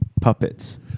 puppets